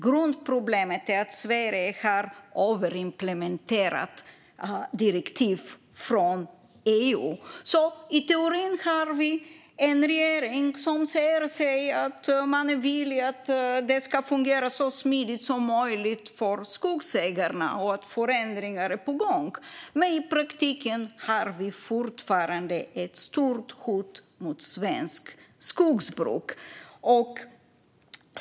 Grundproblemet är att Sverige har överimplementerat direktiv från EU. I teorin har vi en regering som säger sig vilja att det ska fungera så smidigt som möjligt för skogsägarna. Förändringar sägs också vara på gång. Men i praktiken har vi fortfarande ett stort hot mot svenskt skogsbruk.